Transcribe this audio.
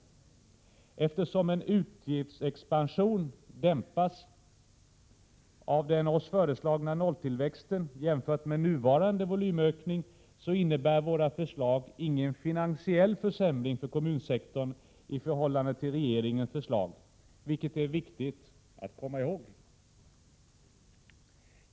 Eftersom en utgiftsexpansion dämpas av den av oss föreslagna nolltillväxten jämfört med nuvarande volymökning, innebär våra förslag ingen finansiell försämring för kommunsektorn i förhållande till regeringens förslag, vilket det är viktigt att komma ihåg.